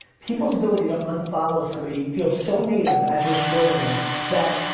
people's ability to unfollow somebody feels so native as you're scrolling that,